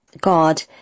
God